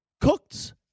cooked